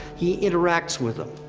he interacts with them.